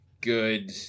good